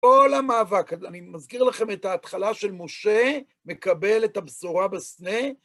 כל המאבק, אז אני מזכיר לכם את ההתחלה של משה מקבל את הבשורה בסנה,